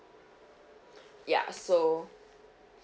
ya so